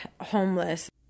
homeless